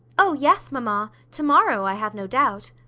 oh, yes, mamma, to-morrow, i have no doubt.